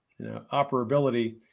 operability